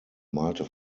malte